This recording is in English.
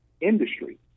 industry